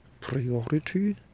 priority